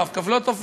ה"רב-קו" לא תופס,